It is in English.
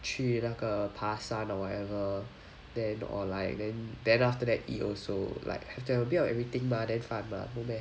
去那个爬山 and or whatever then or like then then after that eat also like have to have a bit of everything then fun mah no meh